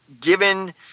given